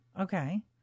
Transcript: Okay